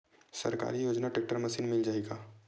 सरकारी योजना tractor machine मिल जाही का?